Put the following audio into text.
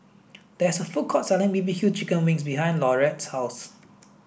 there is a food court selling B B Q chicken wings behind Laurette's house